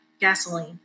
gasoline